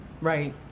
Right